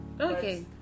okay